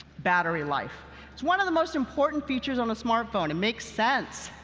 battery life it's one of the most important features on a smartphone. it makes sense.